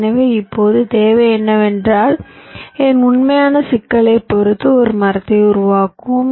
எனவே இப்போது தேவை என்னவென்றால் என் உண்மையான சிக்கலைப் பொறுத்து ஒரு மரத்தை உருவாக்குவோம்